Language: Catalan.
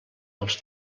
els